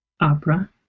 opera